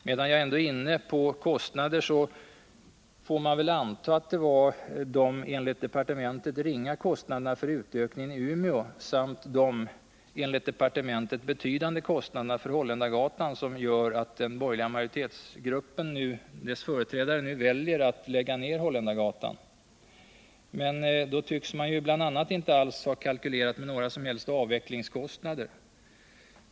Medan jag ändå är inne på kostnader, får jag väl anta att det är de, enligt departementet, ringa kostnaderna för utökningen i Umeå samt de, enligt departementet, betydande kostnaderna för Holländargatan som gör att den borgerliga majoritetsgruppens företrädare nu väljer att lägga ned Holländargatan. Men då tycks man inte alls ha kalkylerat med några som helst avvecklingskostnader.